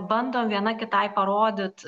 bandom viena kitai parodyt